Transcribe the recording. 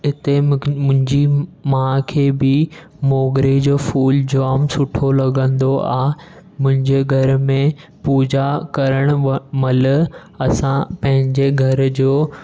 हिते मुख मुंहिंजी माउ खे बि मोगरे जो फूल जाम सुठो लॻंदो आहे मुंंहिंजे घर में पूजा करणु व महिल असां पंहिंजे घर जो